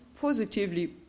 positively